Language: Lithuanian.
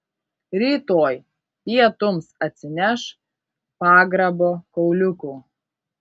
rytoj pietums atsineš pagrabo kauliukų